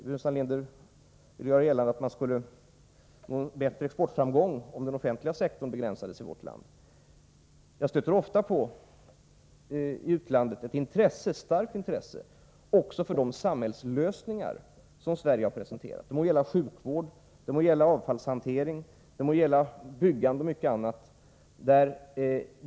Burenstam Linder ville göra gällande att man skulle nå eh bättre exportframgång om den offentliga sektorn i vårt land begränsades. Jag stöter ofta i utlandet på ett starkt intresse också för de samhällslösningar som Sverige har presenterat — det må gälla sjukvård, avfallshantering, byggande och mycket annat.